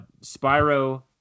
Spyro